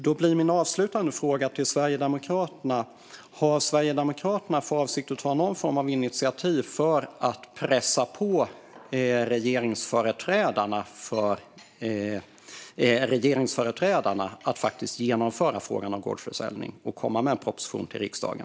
Då blir min avslutande fråga till Sverigedemokraterna om ni har för avsikt att ta någon form av initiativ för att pressa på regeringsföreträdarna att faktiskt genomföra frågan om gårdsförsäljning och lägga fram en proposition för riksdagen.